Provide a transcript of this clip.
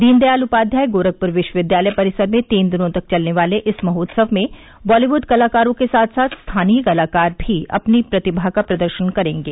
दीनदयाल उपाध्याय गोरखपुर विश्वविद्यालय परिसर में तीन दिनों तक चलने वाले इस महोत्सव में बॉलीवुड कलाकारों के साथ साथ स्थानीय कलाकार भी अपनी प्रतिभा का प्रदर्शन करेंगे